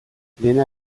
dena